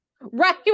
Right